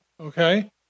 Okay